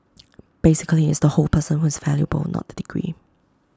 basically it's the whole person who is valuable not the degree